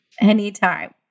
Anytime